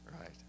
Right